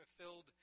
fulfilled